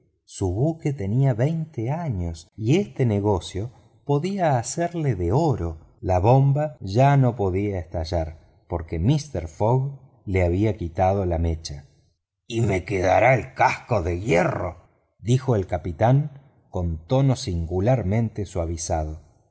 su buque tenía veinte años y este negocio podía hacerlo de oro la bomba ya no podía estallar porque mister fogg te había quitado la mecha y me quedaré el casco de hierro dijo el capitán con tono singularmente suavizado